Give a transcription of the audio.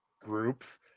groups